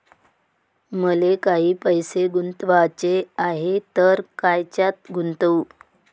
मले काही पैसे गुंतवाचे हाय तर कायच्यात गुंतवू?